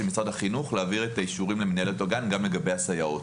משרד החינוך להעביר את האישורים למנהלת הגן גם לגבי הסייעות.